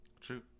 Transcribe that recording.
True